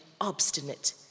obstinate